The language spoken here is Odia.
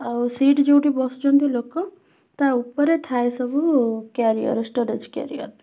ଆଉ ସିଟ୍ ଯୋଉଠି ବସୁଛନ୍ତି ଲୋକ ତା ଉପରେ ଥାଏ ସବୁ କ୍ୟାରିୟର୍ ଷ୍ଟୋରେଜ୍ କ୍ୟାରିୟର୍